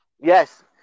Yes